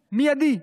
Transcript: מיידי.